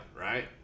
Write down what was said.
right